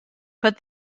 put